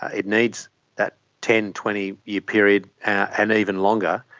it needs that ten twenty year period and even longer.